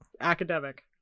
academic